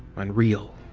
unreal.